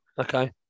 Okay